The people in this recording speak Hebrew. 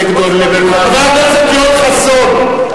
חבר הכנסת יואל חסון.